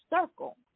circle